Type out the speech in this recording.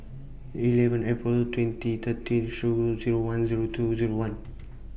eleven April twenty thirty three Zero one Zero two Zero one